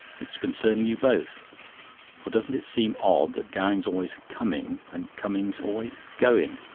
it's concerning you both for doesn't it seem odd that gowing's always coming and cummings' always going?